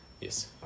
Yes